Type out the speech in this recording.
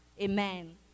Amen